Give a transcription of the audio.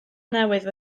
newydd